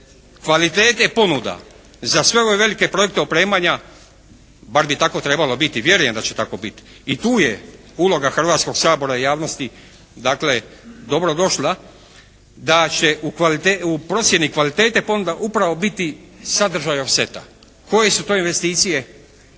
kvalitete ponuda za sve ove velike projekte opremanja, bar bi tako trebalo biti, vjerujem da će tako biti i tu je uloga Hrvatskoga sabora i javnosti dakle dobro došla da će u procjeni kvalitete fonda upravo biti sadržaj offseta. Koje su to investicije